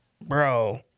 bro